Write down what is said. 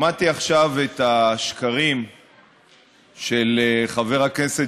שמעתי עכשיו את השקרים של חבר הכנסת